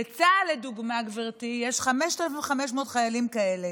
בצה"ל, לדוגמה, גברתי, יש 5,500 חיילים כאלה,